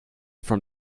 from